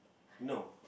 no